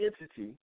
entity